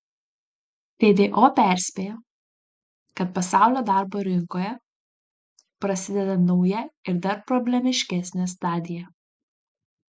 tdo perspėja kad pasaulio darbo rinkoje prasideda nauja ir dar problemiškesnė stadija